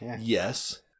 Yes